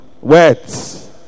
Words